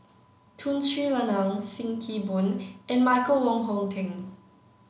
Tun Sri Lanang Sim Kee Boon and Michael Wong Hong Teng